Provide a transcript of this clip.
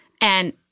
and-